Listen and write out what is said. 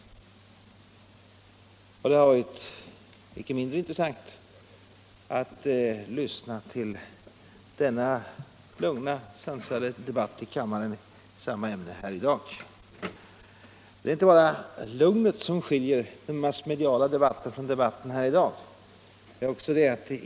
Det har inte varit mindre intressant att lyssna till den lugna och sansade debatten i samma ämne här i kammaren i dag. Det är inte bara lugnet som skiljer debatten här i dag från massmediadebatten.